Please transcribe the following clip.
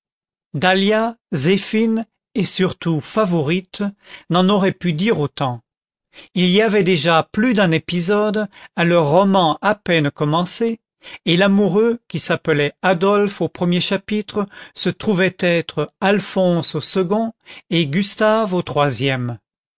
zéphine et surtout favourite n'en auraient pu dire autant il y avait déjà plus d'un épisode à leur roman à peine commencé et l'amoureux qui s'appelait adolphe au premier chapitre se trouvait être alphonse au second et gustave au troisième